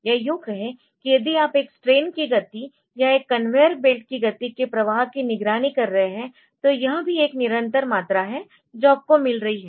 या यूं कहें कि यदि आप एक स्ट्रेन की गति या एक कन्वेयर बेल्ट की गति के प्रवाह की निगरानी कर रहे है तो यह भी एक निरंतर मात्रा है जो आपको मिल रही है